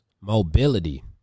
mobility